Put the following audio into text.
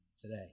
today